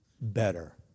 better